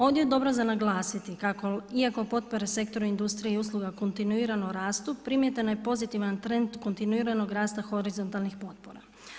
Ovdje je dobro za naglasiti kako iako potpore sektora industrije i usluga kontinuirano rastu, primjetan je pozitivan trend kontinuiranog rasta horizontalnih potpora.